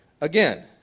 again